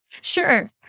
Sure